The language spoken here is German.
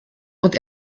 und